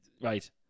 Right